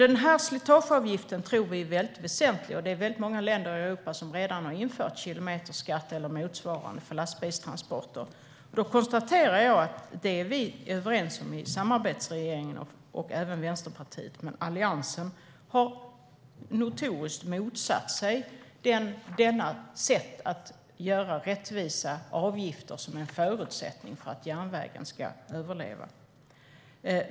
Den här slitageavgiften tror vi är väldigt väsentlig. Det är väldigt många länder i Europa som redan har infört kilometerskatt eller motsvarande för lastbilstransporter. Samarbetsregeringen och Vänsterpartiet är överens om detta, men Alliansen har notoriskt motsatt sig detta sätt att göra rättvisa avgifter, trots att det är en förutsättning för att järnvägen ska överleva.